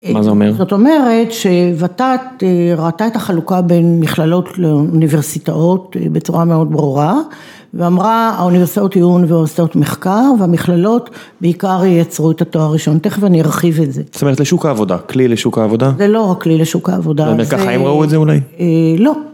מה זה אומר? זאת אומרת שוות"ת ראתה את החלוקה בין מכללות לאוניברסיטאות בצורה מאוד ברורה, ואמרה האוניברסיטאות עיון והאוניברסיטאות מחקר, והמכללות בעיקר ייצרו את התואר הראשון, תכף אני ארחיב את זה. זאת אומרת לשוק העבודה, כלי לשוק העבודה? זה לא רק כלי לשוק העבודה. זאת אומרת ככה הם ראו את זה אולי? לא.